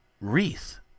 wreath